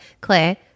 Claire